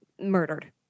murdered